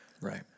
Right